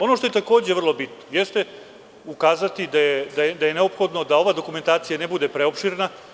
Ono što je takođe vrlo bitno jeste, ukazati da je neophodno da ova dokumentacija ne bude preopširna.